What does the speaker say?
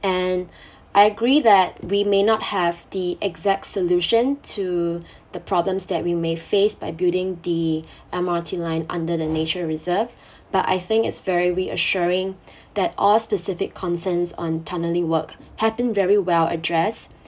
and I agree that we may not have the exact solution to the problems that we may face by building the M_R_T line under the nature reserve but I think it's very reassuring that all specific concerns on tunneling work had been very well addressed